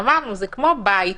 אמרנו זה כמו בית,